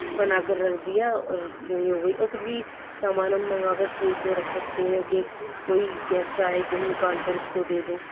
بنا کر رکھ دیا اور یوں ہی ہو گئی اور کچھ بھی سامان ہم منگا کر فریج میں رکھ سکتے ہیں کہ کوئی گیسٹ آئے ایک دم نکال کر اُس کو دے دو